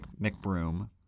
mcbroom